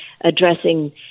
addressing